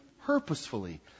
purposefully